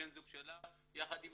בן הזוג שלה יחד עם